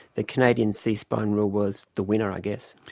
the canadian c-spine rule was the winner i guess.